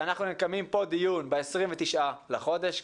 נקיים פה דיון ב-29 לחודש,